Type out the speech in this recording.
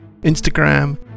Instagram